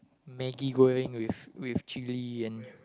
Maggie-Goreng with with chilli and